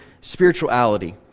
spirituality